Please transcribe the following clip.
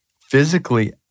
physically